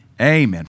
Amen